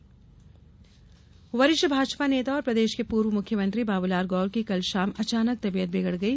बाबूलाल गौर वरिष्ठ भाजपा नेता और प्रदेश के पूर्व मुख्यमंत्री बाबूलाल गौर की कल शाम अचानक तबियत बिगड़ गई